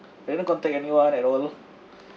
didn't contact anyone at all